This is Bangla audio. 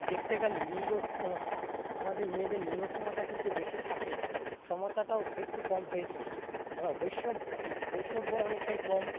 দেখতে গেলে লিঙ্গর ক্ষমতা আমাদের মেয়েদের লিঙ্গ ক্ষমতা কিন্তু বেশি থাকে না সমতাটাও একটু কম হয়ে থাকে বৈষম্য বৈষম্য অনেকটাই কম